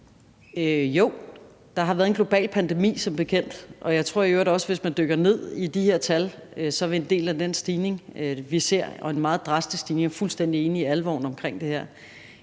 Jo, der har været en global pandemi som bekendt. Jeg tror i øvrigt også, at hvis man dykker ned i de her tal, vil en del af den stigning, vi ser – en meget drastisk stigning, jeg er fuldstændig enig i alvoren omkring det her